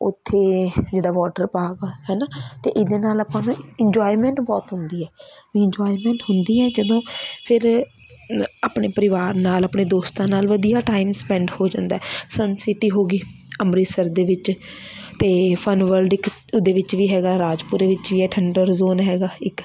ਉੱਥੇ ਜਿੱਦਾਂ water park ਹੈ ਨਾ ਅਤੇ ਇਹਦੇ ਨਾਲ ਆਪਾਂ ਨੂੰ ਇੰਜੋਏਮੈਂਟ ਬਹੁਤ ਹੁੰਦੀ ਹੈ ਵੀ ਇੰਜੋਏਮੈਂਟ ਹੁੰਦੀ ਹੈ ਜਦੋਂ ਫਿਰ ਆਪਣੇ ਪਰਿਵਾਰ ਨਾਲ ਆਪਣੇ ਦੋਸਤਾਂ ਨਾਲ ਵਧੀਆ ਟਾਈਮ ਸਪੈਂਡ ਹੋ ਜਾਂਦਾ ਸਨ ਸਿਟੀ ਹੋ ਗਈ ਅੰਮ੍ਰਿਤਸਰ ਦੇ ਵਿੱਚ ਅਤੇ ਫਨ ਵਰਲਡ ਇੱਕ ਉਹਦੇ ਵਿੱਚ ਵੀ ਹੈਗਾ ਰਾਜਪੁਰੇ ਵਿੱਚ ਵੀ ਹੈ ਥੰਡਰ ਜੋਨ ਹੈਗਾ ਇੱਕ